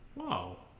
know